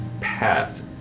path